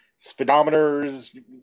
speedometers